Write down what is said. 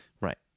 Right